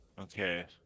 Okay